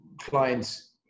clients